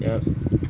yup